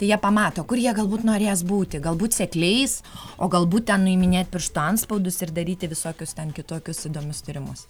tai jie pamato kur jie galbūt norės būti galbūt sekliais o galbūt ten nuiminėt pirštų antspaudus ir daryti visokius kitokius įdomius tyrimus